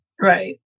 right